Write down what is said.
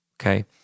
okay